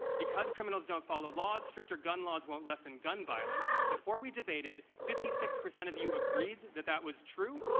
because criminals don't follow laws, stricter gun laws won't lessen gun violence before we debated, fifty six percent of you agreed that that was true.